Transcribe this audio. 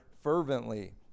fervently